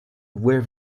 where